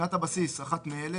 "שנת הבסיס" אחת מאלה,